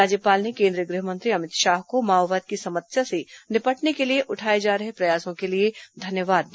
राज्यपाल ने केन्द्रीय गृहमंत्री अमित शाह को माओवाद की समस्या से निपटने के लिए उठाए जा रहे प्रयासों के लिए धन्यवाद दिया